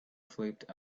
flipped